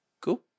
cool